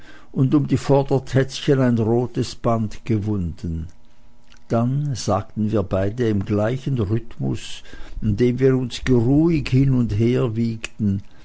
und um die vordertätzchen ein rotes band gewunden dann sagten wir beide im gleichen rhythmus und indem wir uns geruhig hin und her wiegten